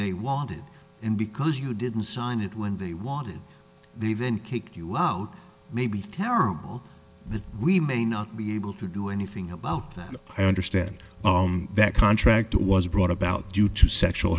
they wanted and because you didn't sign it when they wanted they then kick you out may be terrible that we may not be able to do anything about that i understand that contract was brought about due to sexual